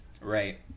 Right